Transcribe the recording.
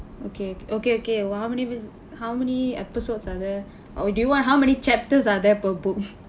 okay okay okay what how many how many episodes are there or do you want how many chapters are there per books